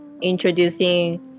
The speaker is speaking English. introducing